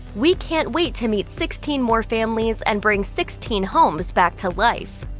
we can't wait to meet sixteen more families and bring sixteen homes back to life.